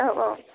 औ औ